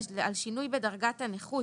זה על שינוי בדרגת הנכות